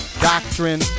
doctrine